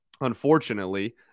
unfortunately